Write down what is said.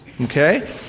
Okay